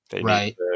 Right